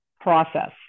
process